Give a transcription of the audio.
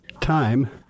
Time